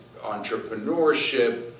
entrepreneurship